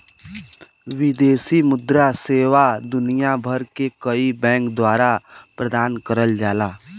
विदेशी मुद्रा सेवा दुनिया भर के कई बैंक द्वारा प्रदान करल जाला